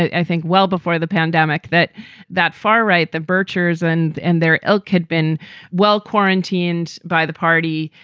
i think well before the pandemic that that far right the birchers and and their ilk had been well quarantined by the party.